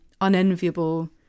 unenviable